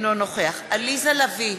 אינו נוכח עליזה לביא,